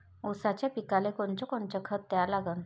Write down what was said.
ऊसाच्या पिकाले कोनकोनचं खत द्या लागन?